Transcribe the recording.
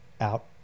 out